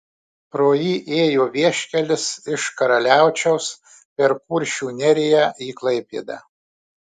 pro jį ėjo vieškelis iš karaliaučiaus per kuršių neriją į klaipėdą